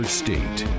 state